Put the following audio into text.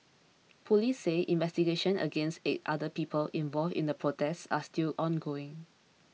police say investigations against eight other people involved in the protest are still ongoing